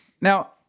Now